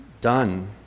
done